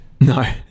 no